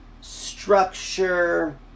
structure